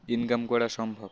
income করা সম্ভব